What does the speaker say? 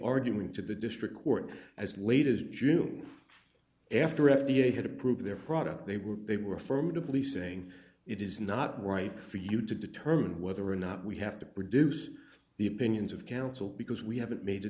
argument to the district court as late as june after f d a had approved their product they were they were affirmatively saying it is not right for you to determine whether or not we have to produce the opinions of counsel because we haven't made a